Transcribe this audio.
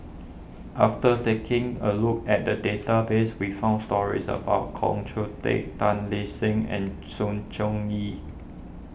after taking a look at the database we found stories about Koh Hoon Teck Tan Lip Seng and Sng Choon Yee